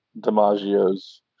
DiMaggio's